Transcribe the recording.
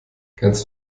kannst